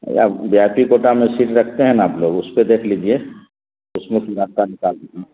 we I P quota میں seat رکھتے ہیں نا آپ لوگ اس پہ دیکھ لیجیے اس میں کوئی راستہ نکال